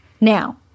Now